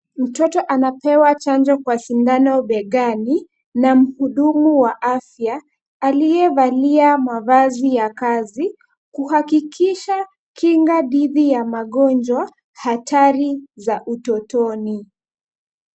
Mtoto anapewa chanjo kwa sindano begani na mhudumu wa afya, aliyevaliwa mavazi ya kazi kuhakikisha kinga dhidi ya magonjwa hatari za utotoni.